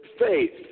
faith